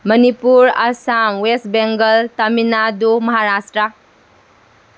Manipur Assam West Bengal Tamil Nadu Maharashtra